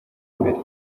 imbere